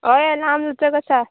हय हय लांब लचक आसा